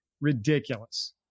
Ridiculous